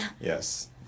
yes